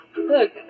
Look